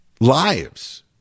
lives